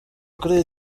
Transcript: kuri